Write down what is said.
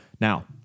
Now